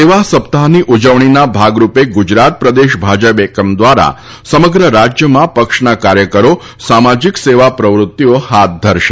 સેવા સપ્તાહની ઉજવણીના ભાગરૂપે ગુજરાત પ્રદેશ ભાજપ એકમ દ્વારા સમગ્ર રાજ્યમાં પક્ષના કાર્યકરો સામાજિક સેવા પ્રવૃત્તિઓ હાથ ધરશે